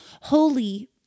holy